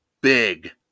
big